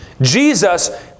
Jesus